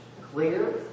clear